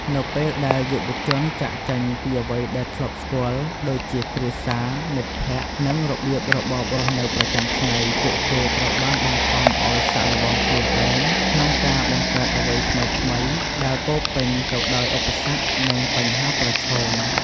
នៅពេលដែលយុវជនចាកចេញពីអ្វីដែលធ្លាប់ស្គាល់ ដូចជាគ្រួសារ មិត្តភក្តិ និងរបៀបរបបរស់នៅប្រចាំថ្ងៃ ពួកគេត្រូវបានបង្ខំឱ្យសាកល្បងខ្លួនឯងក្នុងការបង្កើតអ្វីថ្មីៗ ដែលពោរពេញទៅដោយឧបសគ្គ និងបញ្ហាប្រឈម។